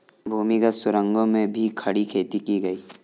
भूमिगत सुरंगों में भी खड़ी खेती की गई